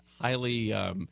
highly –